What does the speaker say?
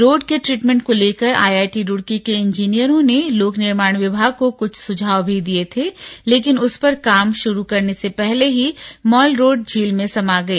road के treatment को लेकर आईआईटी रुड़की के इंजीनियरों ने लोक निर्माण विभाग को कुछ सुझाव भी दिए थे लेकिन उन पर काम भा़रू करने से पहले ही माल रोड झील में समा गई